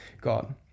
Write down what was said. God